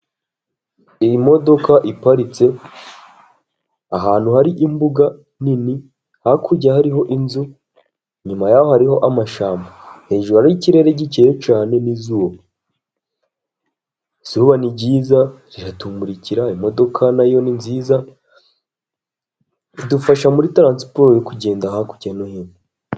Iyi modoka iparitse ahantu hari imbuga nini, hakurya hariho inzu, inyuma y'aho hariho amashyamba. Hejuru hariyo ikirere gikeye cyane n'izuba. Izuba ni ryiza riratumurikira, imodoka na yo ni nziza, idufasha muri taransiporo yo kugenda hakurya no hino.